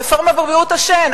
רפורמה בבריאות השן.